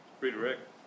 Redirect